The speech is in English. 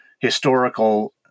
historical